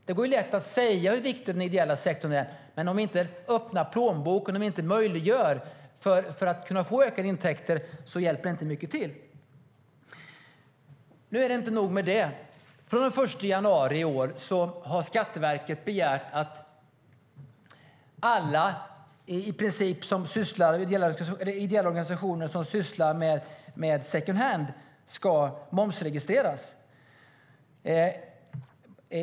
Det är lätt att säga hur viktig den ideella sektorn är, men om vi inte öppnar plånboken och möjliggör för den att få ökade intäkter hjälper det inte mycket. Nu är det inte nog med det, för från den 1 januari i år har Skatteverket begärt att i princip alla ideella organisationer som sysslar med second hand ska momsregistreras.